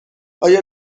آیا